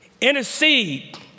intercede